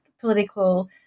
political